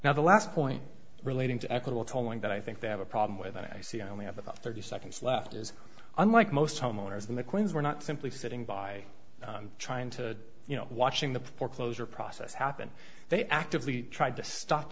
now the last point relating to equable tolling that i think they have a problem with i see i only have about thirty seconds left is unlike most homeowners in the queens were not simply sitting by trying to you know watching the foreclosure process happen they actively tried to stop